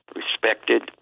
respected